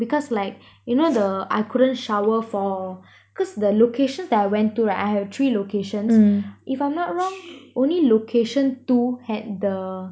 because like you know the I couldn't shower for because the locations that I went to right I have three locations if I'm not wrong only location two had the